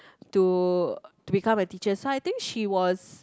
to become a teacher so I think she was